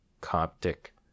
coptic